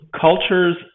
cultures